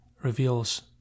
reveals